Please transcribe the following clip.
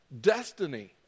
Destiny